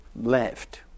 left